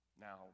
Now